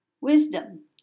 Wisdom